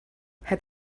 had